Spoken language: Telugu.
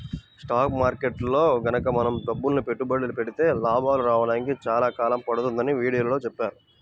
స్టాక్ మార్కెట్టులో గనక మనం డబ్బులని పెట్టుబడి పెడితే లాభాలు రాడానికి చాలా కాలం పడుతుందని వీడియోలో చెప్పారు